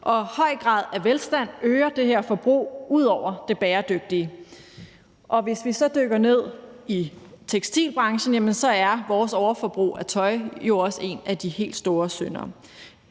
en høj grad af velstand øger det her forbrug ud over det bæredygtige. Hvis vi så dykker ned i tekstilbranchen, er vores overforbrug af tøj jo også en af de helt store syndere.